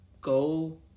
go